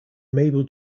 mabel